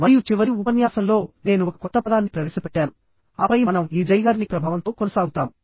మరియు చివరి ఉపన్యాసంలో నేను ఒక కొత్త పదాన్ని ప్రవేశపెట్టాను ఆపై మనం ఈ జైగార్నిక్ ప్రభావంతో కొనసాగుతాము